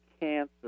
cancer